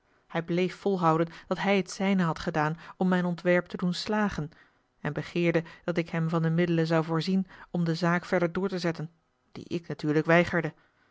hij bleef volhouden dat hij het zijne had gedaan om mijn ontwerp te doen slagen en begeerde dat ik hem van de middelen zou voorzien om de zaak verder a l g bosboom-toussaint de delftsche wonderdokter eel door te zetten die ik natuurlijk weigerde